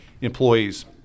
employees